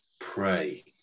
pray